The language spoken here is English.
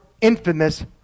infamous